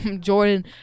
Jordan